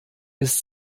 ist